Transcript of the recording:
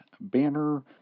Banner